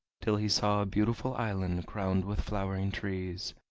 till he saw a beautiful island crowned with flowering trees.